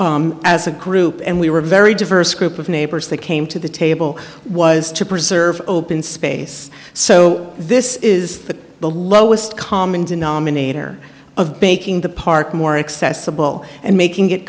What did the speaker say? clear as a group and we were very diverse group of neighbors that came to the table was to preserve open space so this is the lowest common denominator of baking the park more accessible and making it